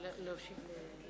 לפני שנמליץ